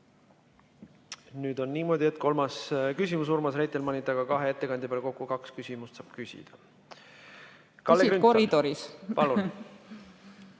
Nüüd on niimoodi, et kolmas küsimus Urmas Reitelmannilt, aga kahe ettekandja peale kokku kaks küsimust saab küsida. Küsid koridoris. Küsid